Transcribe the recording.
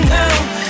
now